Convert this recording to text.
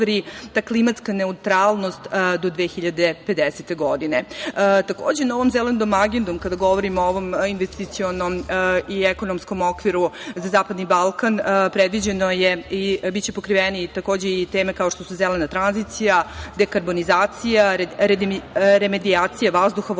ta klimatska neutralnost do 2050. godine. Takođe, Zelenom agendom kada govorimo o ovom investicionom i ekonomskom okviru za zapadni Balkan predviđeno je i biće pokrivene i teme kao što su zelena tranzicija, dekarbonizacija, remedijacija vazduha,